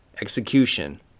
execution